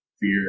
fear